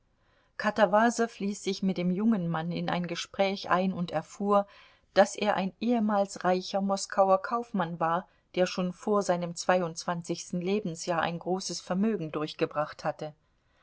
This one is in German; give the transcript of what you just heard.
katawasow ließ sich mit dem jungen mann in ein gespräch ein und erfuhr daß er ein ehemals reicher moskauer kaufmann war der schon vor seinem zweiundzwanzigsten lebensjahr ein großes vermögen durchgebracht hatte